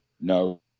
No